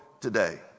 today